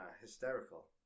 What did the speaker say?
hysterical